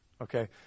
Okay